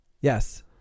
Yes